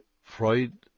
Freud